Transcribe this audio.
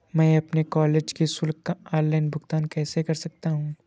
मैं अपने कॉलेज की शुल्क का ऑनलाइन भुगतान कैसे कर सकता हूँ?